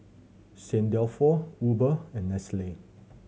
Saint Dalfour Uber and Nestle